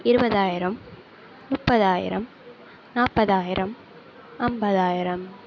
இருபதாயிரம் முப்பதாயிரம் நாற்பதாயிரம் ஐம்பதாயிரம்